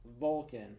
Vulcan